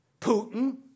Putin